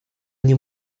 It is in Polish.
nie